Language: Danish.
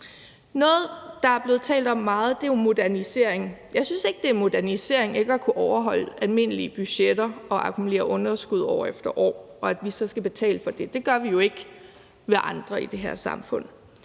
Noget, der er blevet talt om meget, er modernisering. Jeg synes ikke, at det er modernisering ikke at kunne overholde almindelige budgetter og at akkumulere underskud år efter år og vi så skal betale for det. Det gør vi jo ikke for andre i det her samfund.